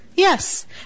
Yes